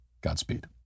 Godspeed